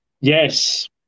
Yes